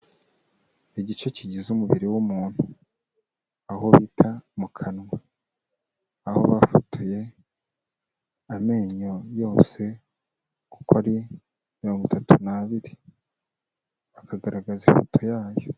Igice kigize umubiri w'umuntu. Aho bita mu kanwa. Aho bafotoye amenyo yose, uko ari mirongo itatu n'abiri. Bakagaragaza ifoto yayo.